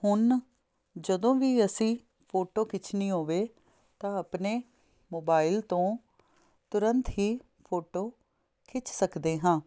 ਹੁਣ ਜਦੋਂ ਵੀ ਅਸੀਂ ਫੋਟੋ ਖਿੱਚਣੀ ਹੋਵੇ ਤਾਂ ਆਪਣੇ ਮੋਬਾਈਲ ਤੋਂ ਤੁਰੰਤ ਹੀ ਫੋਟੋ ਖਿੱਚ ਸਕਦੇ ਹਾਂ